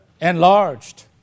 enlarged